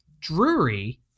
Drury